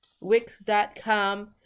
Wix.com